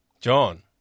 john